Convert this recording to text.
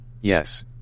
Yes